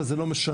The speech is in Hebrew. אבל זה לא משנה.